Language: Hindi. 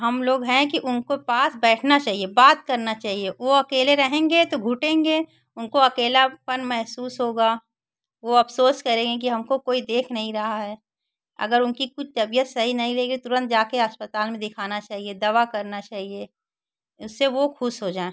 हम लोग हैं कि उनको पास बैठना चाहिए बात करना चाहिए वो अकेले रहेंगे तो घुटेंगे उनको अकेलापन महसूस होगा वे अफसोस करेंगे कि हमको कोई देख नहीं रहा है अगर उनकी कुछ तबियत सही नहीं रहेगी तुरंत जाकर अस्पताल में दिखाना चाहिए दवा करना चाहिए उससे वे ख़ुश हो जाएँ